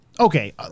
Okay